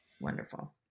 Wonderful